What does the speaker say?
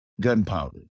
gunpowder